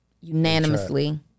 Unanimously